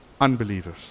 unbelievers